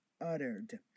uttered